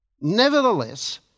Nevertheless